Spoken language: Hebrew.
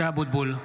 (קורא בשמות חברי הכנסת) משה אבוטבול,